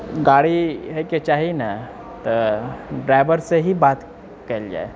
गाड़ी हइके चाही ने तऽ ड्राइवरसँ ही बात कएल जाए